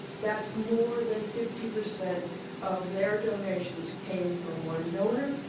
that's more than fifty percent of their donations came from one donor.